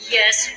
yes